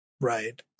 right